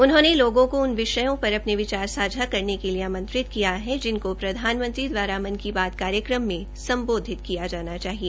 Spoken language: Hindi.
उन्होंने लोगों को उन विषयों पर अपने विचार सांझा करने के लिए आंमत्रित किया है जिनकों प्रधानमंत्री दवारा मन की बात कार्यक्रम में सम्बोधित किया जाना चाहिए